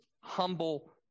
humble